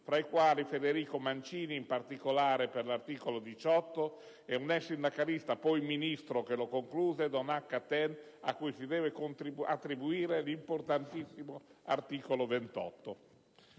tra i quali Federico Mancini, in particolare per l'articolo 18, e di un ex sindacalista, poi Ministro, che lo concluse, Carlo Donat- Cattin, cui si deve attribuire l'importantissimo articolo 28.